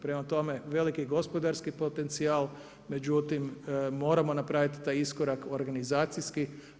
Prema tome, veliki gospodarski potencijal, međutim moramo napraviti taj iskorak organizacijski.